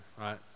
right